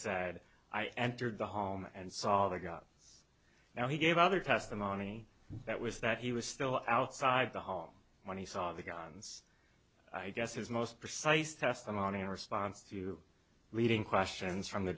said i entered the home and saw the god now he gave other testimony that was that he was still outside the hall when he saw the guns i guess his most precise testimony in response to leading questions from the